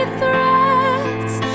threats